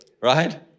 Right